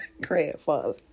Grandfather